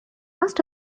must